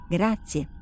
Grazie